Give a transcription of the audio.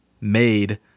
made